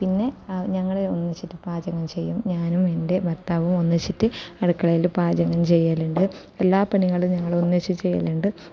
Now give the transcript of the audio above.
പിന്നെ ഞങ്ങൾ ഒന്നിച്ചിട്ട് പാചകം ചെയ്യും ഞാനും എൻ്റെ ഭർത്താവും ഒന്നിച്ചിട്ട് അടുക്കളയിൽ പാചകം ചെയ്യലുണ്ട് എല്ലാ പണികളും ഞങ്ങൾ ഒന്നിച്ച് ചെയ്യലുണ്ട്